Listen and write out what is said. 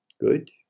Good